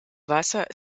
wasser